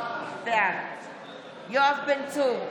בעד יואב בן צור,